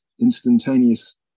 instantaneous